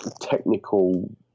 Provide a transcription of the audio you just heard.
technical